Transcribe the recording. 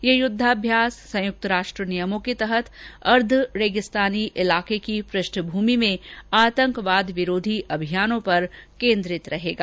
यह युद्धाभ्यास संयुक्त राष्ट्र नियमों के तहत अर्द्व रेगिस्तानी इलाके की पृष्ठभूमि में आतंकवाद विरोधी अभियानों पर केन्द्रित होगा